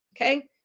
okay